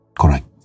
Correct